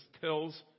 tells